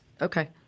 Okay